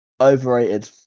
overrated